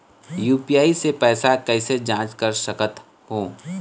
UPI से पैसा कैसे जाँच कर सकत हो?